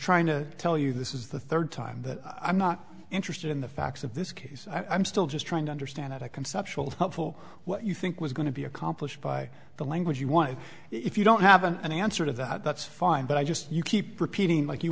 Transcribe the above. trying to tell you this is the third time that i'm not interested in the facts of this case i'm still just trying to understand at a conceptual helpful what you think was going to be accomplished by the language you why if you don't have an answer to that that's fine but i just you keep repeating like you